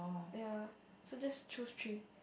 ya so I just choose three